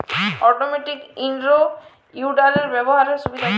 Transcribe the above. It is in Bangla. অটোমেটিক ইন রো উইডারের ব্যবহারের সুবিধা কি?